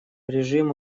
режима